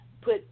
put